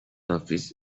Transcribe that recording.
office